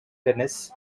denis